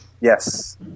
Yes